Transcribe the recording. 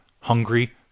hungry